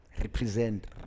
represent